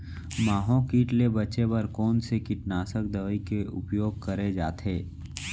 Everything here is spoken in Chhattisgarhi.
माहो किट ले बचे बर कोन से कीटनाशक दवई के उपयोग करे जाथे?